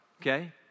Okay